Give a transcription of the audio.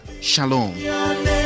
Shalom